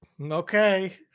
Okay